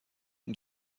und